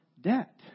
debt